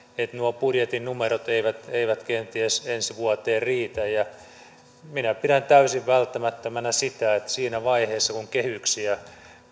että nuo budjetin numerot eivät eivät kenties ensi vuodelle riitä minä pidän täysin välttämättömänä sitä että siinä vaiheessa kun kehyksiä